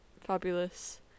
fabulous